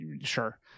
sure